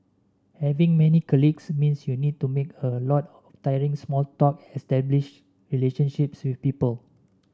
having many colleagues means you need to make a lot tiring small talk establish relationships with people